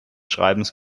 schreibens